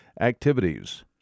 activities